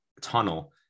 tunnel